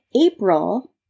April